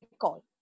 call